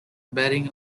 betting